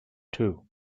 two